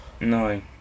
No